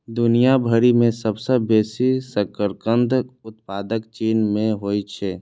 दुनिया भरि मे सबसं बेसी शकरकंदक उत्पादन चीन मे होइ छै